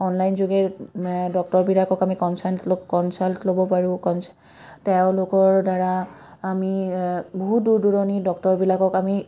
online যোগে ডক্তৰবিলাকক আমি কঞ্চাল্ট ল কঞ্চাল্ট ল'ব পাৰোঁ ক তেওঁলোকৰ দ্বাৰা আমি বহুত দূৰ দূৰণি ডক্তৰবিলাকক আমি